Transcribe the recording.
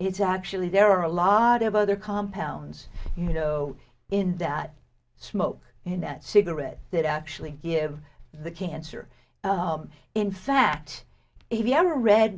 it's actually there are a lot of other compounds you know in that smoke and that cigarette that actually give the cancer in fact if you ever read